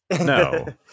no